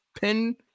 pin